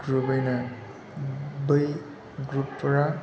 ग्रुपैनो बै ग्रुपफोरा